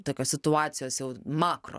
tokios situacijos jau makro